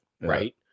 right